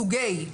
סוגי.